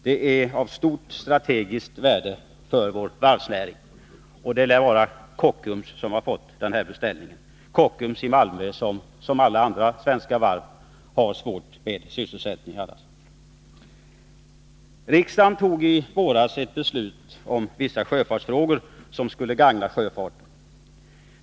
Det är av stort strategiskt värde för vår varvsnäring. Det lär vara Kockums som har fått denna beställning — Kockums i Malmö som liksom alla andra svenska varv har svårt med sysselsättningen. Riksdagen tog i våras ett beslut om vissa sjöfartsfrågor. Det beslutet skulle gagna sjöfarten.